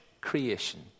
creation